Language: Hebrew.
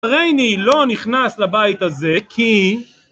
רייני לא נכנס לבית הזה, כי